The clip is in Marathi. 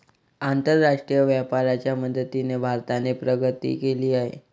आंतरराष्ट्रीय व्यापाराच्या मदतीने भारताने प्रगती केली आहे